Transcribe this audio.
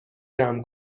جمع